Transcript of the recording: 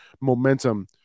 momentum